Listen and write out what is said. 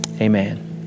Amen